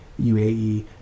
UAE